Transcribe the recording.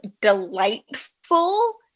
delightful